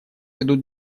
ведут